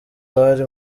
bari